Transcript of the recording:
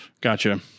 gotcha